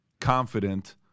confident